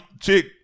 chick